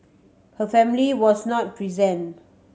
her family was not present